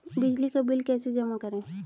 बिजली का बिल कैसे जमा करें?